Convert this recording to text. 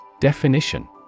Definition